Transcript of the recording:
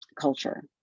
culture